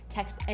Text